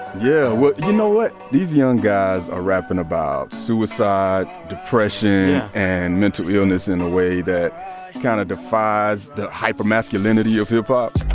yeah, what you know what? these young guys are rapping about suicide, depression. yeah. and mental illness in a way that kind of defies the hypermasculinity of hip-hop